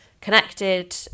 connected